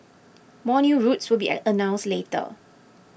more new routes will be announced later